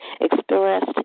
expressed